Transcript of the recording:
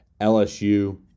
LSU